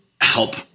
help